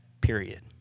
period